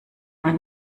man